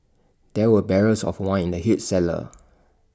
there were barrels of wine in the huge cellar